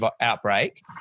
outbreak